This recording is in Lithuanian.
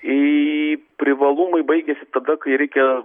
į privalumai baigiasi tada kai reikia